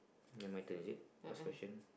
ya my turn is it ask question